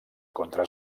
contra